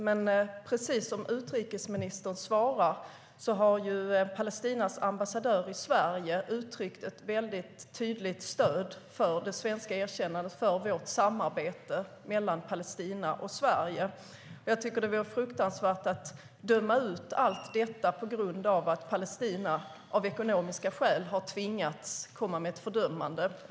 Men precis som utrikesministern säger i sitt svar har Palestinas ambassadör i Sverige uttryckt ett tydligt stöd för det svenska erkännandet och vårt samarbete med Palestina.Jag tycker att det vore fruktansvärt att döma ut allt detta på grund av att Palestina av ekonomiska skäl har tvingats komma med ett fördömande.